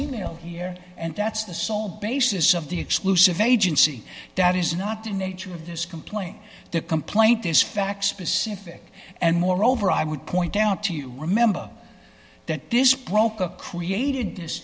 e mail here and that's the sole basis of the exclusive agency that is not the nature of this complaint the complaint is facts specific and moreover i would point out to you remember that this broker created this